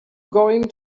going